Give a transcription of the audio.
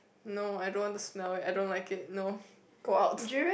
no I don't want to smell it I don't like it no go out